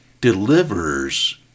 delivers